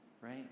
right